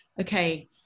okay